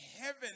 heaven